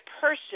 person